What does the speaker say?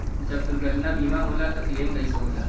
जब दुर्घटना बीमा होला त क्लेम कईसे होला?